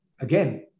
again